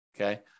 okay